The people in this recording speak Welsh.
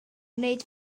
gwneud